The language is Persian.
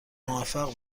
موفق